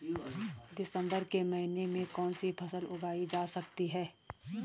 दिसम्बर के महीने में कौन सी फसल उगाई जा सकती है?